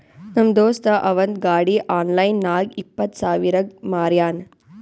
ನಮ್ ದೋಸ್ತ ಅವಂದ್ ಗಾಡಿ ಆನ್ಲೈನ್ ನಾಗ್ ಇಪ್ಪತ್ ಸಾವಿರಗ್ ಮಾರ್ಯಾನ್